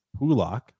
pulak